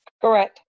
Correct